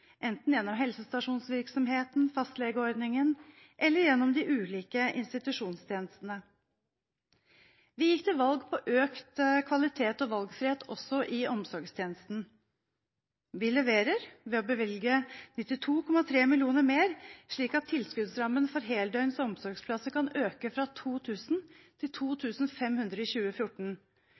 enten gjennom helsestasjonsvirksomheten og fastlegeordningen eller gjennom de ulike institusjonstjenestene. Vi gikk til valg på økt kvalitet og valgfrihet – også i omsorgstjenestene. Vi leverer ved å bevilge 92,3 mill. kr mer, slik at tilskuddsrammen for heldøgns omsorgsplasser kan øke fra 2 000 til 2 500 i 2014.